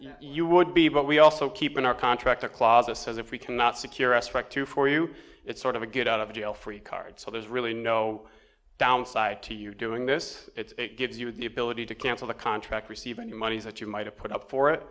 you would be but we also keep in our contract the clock this says if we cannot secure aspect to for you it's sort of a get out of jail free card so there's really no downside to you doing this it gives you the ability to cancel the contract receive any monies that you might have put up for